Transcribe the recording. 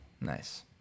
Nice